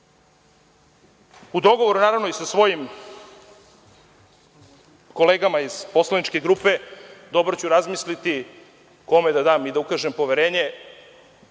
u dogovoru, naravno, i sa svojim kolegama iz poslaničke grupe dobro ću razmisliti kome da dam i da ukažem poverenje.